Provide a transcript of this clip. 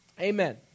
Amen